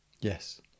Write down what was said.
yes